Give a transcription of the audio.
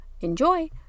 Enjoy